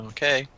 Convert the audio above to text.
Okay